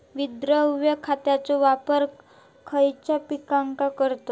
विद्राव्य खताचो वापर खयच्या पिकांका करतत?